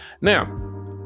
now